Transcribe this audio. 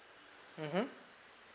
mmhmm